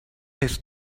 his